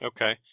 Okay